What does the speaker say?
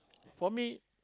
for me